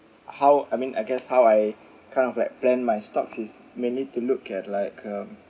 how I mean I guess how I kind of like plan my stocks is maybe to look at like uh